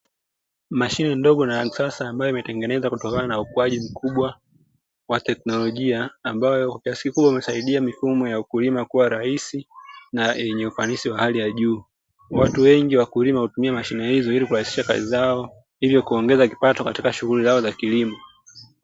Mashine ndogo na ya kisasa ambayo imetengenezwa kutokana na ukuaji mkubwa wa teknolojia, ambayo kwa kiasi kikubwa husaidia mifumo ya ukulima kuwa rahisi na yenye ufanisi wa hali ya juu. Watu wengi wakulima hutumia mashine hizo ili kurahisisha kazi zao, hivyo kuongeza kipato katika shughuli zao za kilimo.